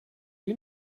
you